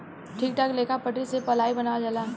ठीक ठाक लेखा पटरी से पलाइ बनावल जाला